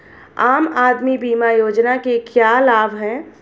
आम आदमी बीमा योजना के क्या लाभ हैं?